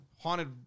Haunted